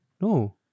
No